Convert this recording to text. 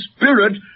Spirit